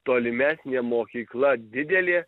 tolimesnė mokykla didelė